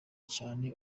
cyane